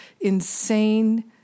insane